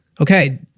okay